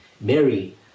Mary